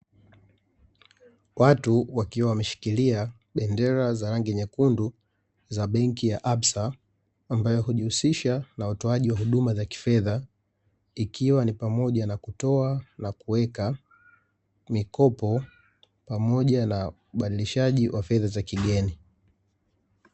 Watu wakiwa wameshikilia bendera za rangi nyekundu za benki ya Absa ambayo hujihusisha na utoaji wa huduma za kifedha ikiwa ni pamoja na kutoa na kuweka, mikopo pamoja na ubadilishaji wa fedha za kigeni.